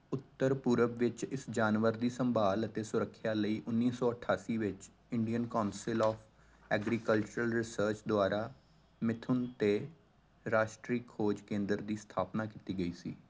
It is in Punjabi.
ਉੱਤਰ ਪੂਰਬ ਵਿੱਚ ਇਸ ਜਾਨਵਰ ਦੀ ਸੰਭਾਲ ਅਤੇ ਸੁਰੱਖਿਆ ਲਈ ਉੱਨੀ ਸੌ ਅਠਾਸੀ ਵਿੱਚ Indian council of agricultural research ਦੁਆਰਾ ਮਿਥੁਨ ਤੇ ਰਾਸ਼ਟਰੀ ਖੋਜ ਕੇਂਦਰ ਦੀ ਸਥਾਪਨਾ ਕੀਤੀ ਗਈ ਸੀ